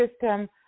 system